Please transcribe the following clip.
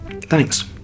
Thanks